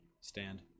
Stand